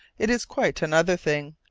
it is quite another thing,